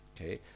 Okay